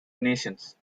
nations